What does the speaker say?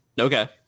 Okay